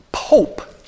Pope